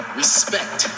respect